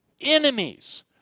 enemies